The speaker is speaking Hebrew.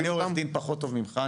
אני עורך דין פחות טוב ממך,